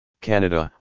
Canada